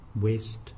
west